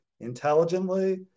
intelligently